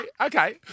okay